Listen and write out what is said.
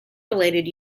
related